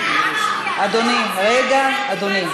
דקה.